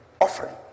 offering